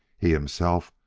he, himself,